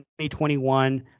2021